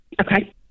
okay